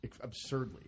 absurdly